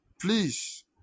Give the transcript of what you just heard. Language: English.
Please